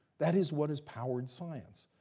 that is what has powered science.